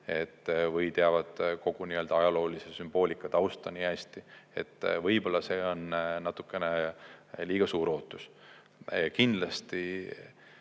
või teavad kogu ajaloolise sümboolika tausta nii hästi. Võib-olla on see natuke liiga suur ootus. Kindlasti